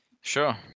Sure